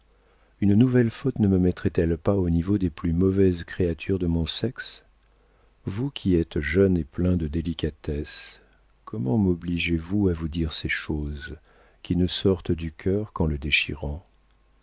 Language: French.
une nouvelle faute ne me mettrait elle pas au niveau des plus mauvaises créatures de mon sexe vous qui êtes jeune et plein de délicatesses comment mobligez vous à vous dire ces choses qui ne sortent du cœur qu'en le déchirant